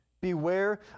beware